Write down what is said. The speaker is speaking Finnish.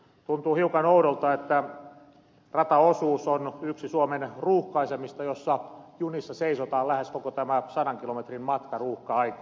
tuntuu hiukan oudolta kun rataosuus on yksi suomen ruuhkaisimmista jolla junissa seisotaan lähes koko tämä sadan kilometrin matka ruuhka aikoina